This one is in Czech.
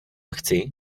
chci